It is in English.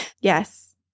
Yes